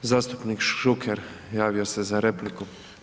Zastupnik Šuker javio se za repliku.